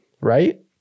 right